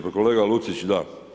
Pa kolega Lucić, da.